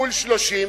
כפול 30,